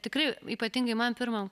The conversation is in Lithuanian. tikrai ypatingai man pirmam